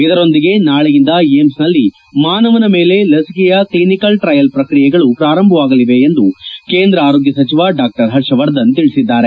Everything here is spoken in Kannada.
ಇದರೊಂದಿಗೆ ನಾಳೆಯಿಂದ ಏಮ್ಸ್ನಲ್ಲಿ ಮಾನವನ ಮೇಲೆ ಲಸಿಕೆಯ ಕ್ಲನಿಕಲ್ ಟ್ರಯಲ್ ಪ್ರಕ್ರಿಯೆಗಳು ಪ್ರಾರಂಭವಾಗಲಿದೆ ಎಂದು ಕೇಂದ್ರ ಆರೋಗ್ಯ ಸಚಿವ ಡಾ ಪರ್ಷವರ್ಧನ್ ತಿಳಿಸಿದ್ದಾರೆ